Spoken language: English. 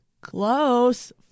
Close